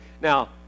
Now